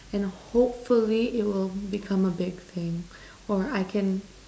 and hopefully it will become a big thing or I can